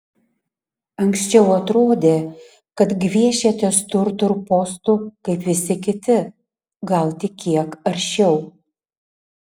anksčiau atrodė kad gviešiatės tik turtų ir postų kaip visi kiti gal tik kiek aršiau